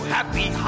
Happy